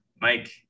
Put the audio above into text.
Mike